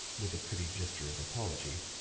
with a pretty gesture of apology,